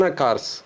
cars